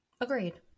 Agreed